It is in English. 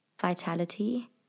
vitality